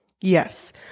Yes